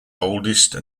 oldest